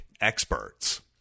experts